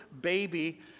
baby